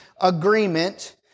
agreement